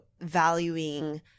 valuing